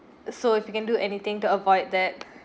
so if you can do anything to avoid that